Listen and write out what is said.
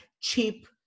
cheap